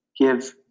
give